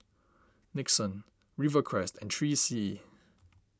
Nixon Rivercrest and three C E